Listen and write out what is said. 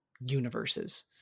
universes